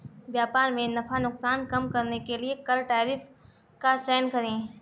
व्यापार में नफा नुकसान कम करने के लिए कर टैरिफ का चयन करे